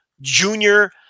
junior